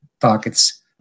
targets